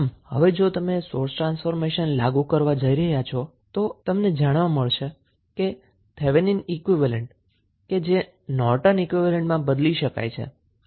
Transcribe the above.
આમ હવે જો તમે સોર્સ ટ્રાન્સફોર્મેશન લાગુ કરો તો તમને જાણવા મળશે કે થેવેનીન ઈક્વીવેલેન્ટને નોર્ટન ઈક્વીવેલેન્ટમાં બદલી શકાય છે